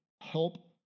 help